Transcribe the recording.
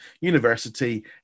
university